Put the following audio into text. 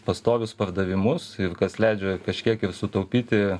pastovius pardavimus ir kas leidžia kažkiek ir sutaupyti